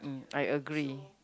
I agree